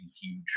huge